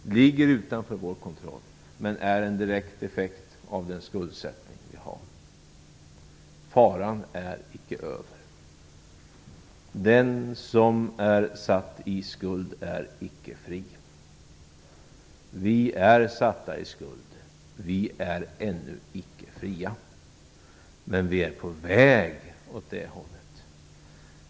Det ligger utanför vår kontroll, men är en direkt effekt av den skuldsättning vi har. Faran är icke över. Den som är satt i skuld är icke fri. Vi är satta i skuld. Vi är ännu icke fria. Vi är på väg åt det hållet.